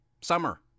Summer